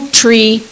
tree